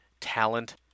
talent